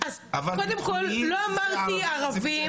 אבל ביטחוניים כי זה ערבים,